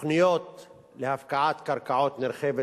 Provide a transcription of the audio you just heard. תוכניות להפקעת קרקעות נרחבת